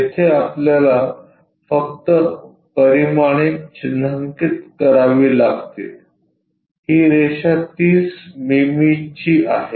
येथे आपल्याला फक्त परिमाणे चिन्हांकित करावी लागतील ही रेषा 30 मिमी ची आहे